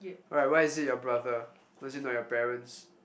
alright why is it your brother why is it not your parents